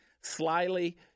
slyly